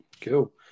Cool